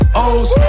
O's